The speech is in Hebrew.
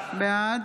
בעד